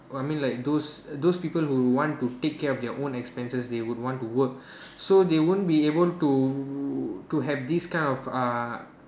I mean like those those people who want to take care of their own expenses they would want to work so they won't be able to to have this kind of uh